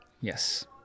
yes